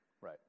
right